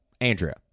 Andrea